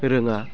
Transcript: रोङा